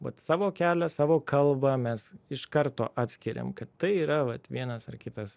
vat savo kelią savo kalbą mes iš karto atskiriam kad tai yra vat vienas ar kitas